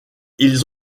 ils